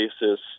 basis